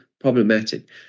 problematic